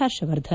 Harshvardhan